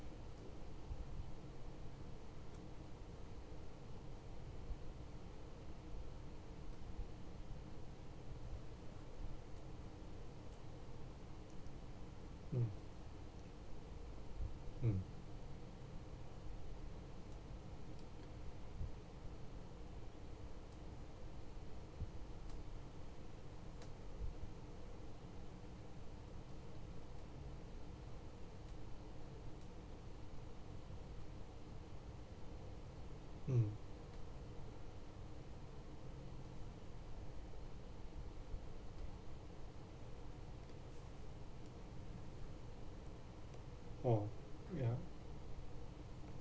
mm mm mm oh ya